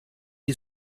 dei